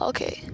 Okay